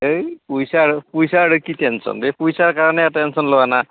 এই পইচাৰ পইচাৰ কি টেনচন বে পইচাৰ কাৰণে টেনচন লোৱা না